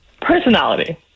Personality